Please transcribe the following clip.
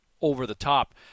over-the-top